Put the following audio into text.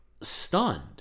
stunned